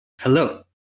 Hello